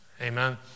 Amen